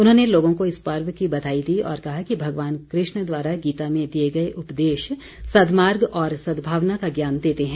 उन्होंने लोगों को इस पर्व की बधाई दी और कहा कि भगवान कृष्ण द्वारा गीता में दिए गए उपदेश सद्मार्ग और सद्भावना का ज्ञान देते हैं